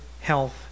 health